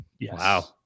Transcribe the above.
Wow